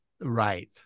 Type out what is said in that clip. Right